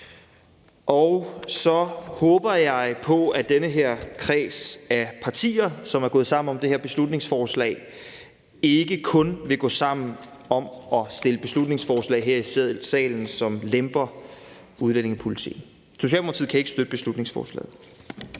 Så håber jeg på, at den her kreds af partier, som er gået sammen om det her beslutningsforslag, ikke kun vil gå sammen om at stille beslutningsforslag her i salen, som lemper udlændingepolitikken. Socialdemokratiet kan ikke støtte beslutningsforslaget.